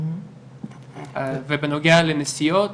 ובנוגע לנסיעות